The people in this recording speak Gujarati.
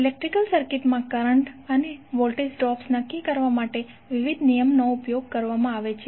ઇલેક્ટ્રિકલ સર્કિટમાં કરંટ અને વોલ્ટેજ ડ્રોપ્સ નક્કી કરવા માટે વિવિધ નિયમનો ઉપયોગ કરવામાં આવે છે